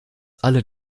alle